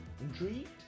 Intrigued